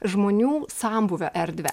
žmonių sambūvio erdvę